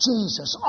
Jesus